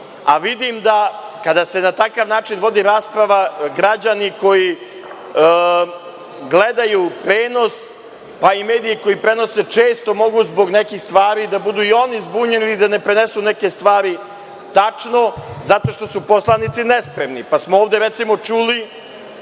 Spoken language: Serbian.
a vidim da kada se na takav način vodi rasprava da građani koji gledaju prenos, pa i mediji koji prenose često mogu zbog nekih stvari da budu zbunjeni i da ne prenesu neke stvari tačno zato što su poslanici nespremni, pa smo ovde recimo čuli